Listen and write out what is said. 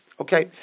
Okay